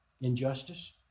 injustice